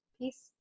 peace